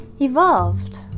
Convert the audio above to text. evolved